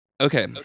Okay